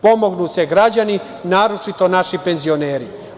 Pomognu se građani, a naročito naši penzioneri.